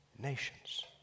nations